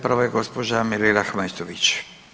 Prva je gospođa Mirela Ahmetović.